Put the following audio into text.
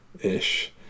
ish